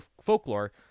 folklore